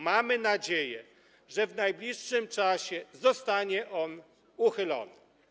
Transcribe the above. Mamy nadzieję, że w najbliższym czasie zostanie on uchylony.